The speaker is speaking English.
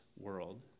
world